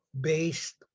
based